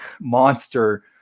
monster